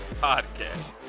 podcast